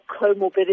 comorbidity